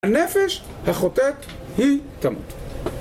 הנפש החוטאת היא תמות.